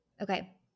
Okay